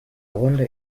wonder